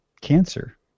cancer